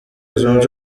zunze